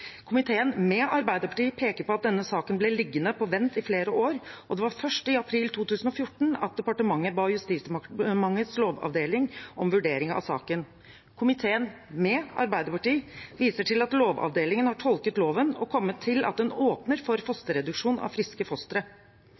Komiteen» – med Arbeiderpartiet – «peker på at denne saken ble liggende på vent i flere år, og det var først i april 2014 at Helse- og omsorgsdepartementet ba Justisdepartementets lovavdeling om en vurdering av saken. Komiteen» – med Arbeiderpartiet – «viser til at lovavdelingen har tolket loven og kommet til at den åpner for fosterreduksjon av friske fostre.»